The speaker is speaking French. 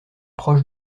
proche